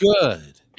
good